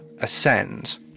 Ascend